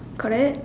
correct